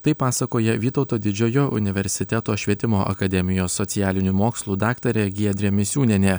tai pasakoja vytauto didžiojo universiteto švietimo akademijos socialinių mokslų daktarė giedrė misiūnienė